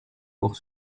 pour